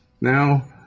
now